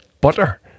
butter